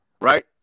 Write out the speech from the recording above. right